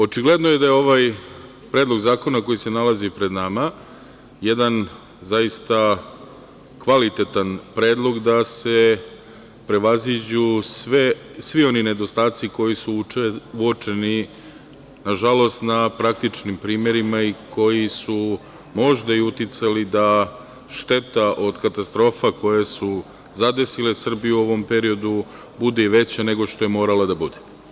Očigledno je da je ovaj predlog zakona koji se nalazi pred nama, jedan zaista kvalitetan predlog da se prevaziđu svi nedostaci koji su uočeni nažalost na praktičnim primerima i koji su možda uticali da šteta od katastrofa koje su zadesile Srbiju u ovom periodu, bude i veća nego što je morala da bude.